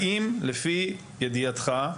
האם לפי ידיעתך,